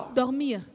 dormir